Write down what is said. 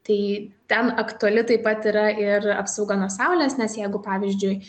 tai ten aktuali taip pat yra ir apsauga nuo saulės nes jeigu pavyzdžiui